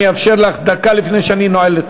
אני אאפשר לך דקה לפני שאני נועל.